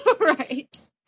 Right